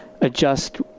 adjust